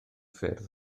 ffyrdd